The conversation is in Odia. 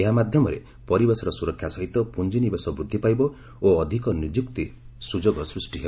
ଏହା ମାଧ୍ୟମରେ ପରିବେଶର ସୁରକ୍ଷା ସହିତ ପୁଞ୍ଜି ନିବେଶ ବୃଦ୍ଧି ପାଇବ ଓ ଅଧିକ ନିଯୁକ୍ତି ସୁଯୋଗ ସୃଷ୍ଟି ହେବ